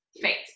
face